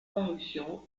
parution